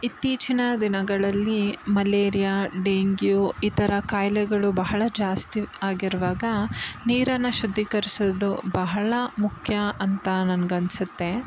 ಇತ್ತೀಚಿನ ದಿನಗಳಲ್ಲಿ malaria dengue ಈ ಥರ ಖಾಯಿಲೆಗಳು ಬಹಳ ಜಾಸ್ತಿ ಆಗಿರುವಾಗ ನೀರನ್ನು ಶುದ್ಧೀಕರಿಸೋದು ಬಹಳ ಮುಖ್ಯ ಅಂತ ನನ್ಗೆ ಅನಿಸುತ್ತೆ